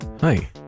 hi